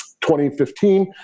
2015